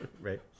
Right